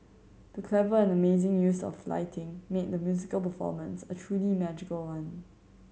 the clever and amazing use of lighting made the musical performance a truly magical one